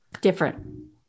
different